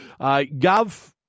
Gov